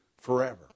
forever